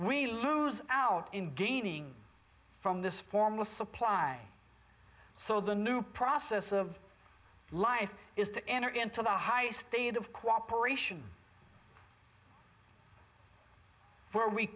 we lose out in gaining from this form of supply so the new process of life is to enter into the highest state of cooperation where we